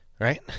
right